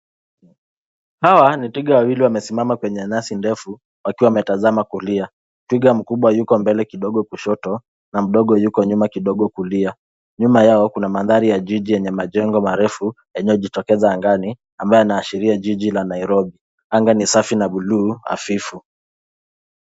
Hawa ni twiga wawili wamesimama kwenye nyasi ndefu wakiwa wametazama kulia .Twiga mkubwa yuko mbele kidogo kushoto na mdogo yuko nyuma kidogo kulia. Nyuma yao kuna mandhari ya jiji yenye majengo marefu yanayojitokeza angani, ambayo inaashiria jiji la Nairobi. Anga ni safi na bluu hafifu.